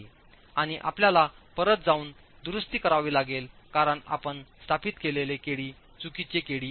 आणि आपल्याला परत जाऊन दुरुस्ती करावी लागेल कारण आपण स्थापित केलेले kd चुकीचे kd आहे